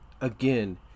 again